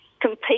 compete